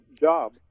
job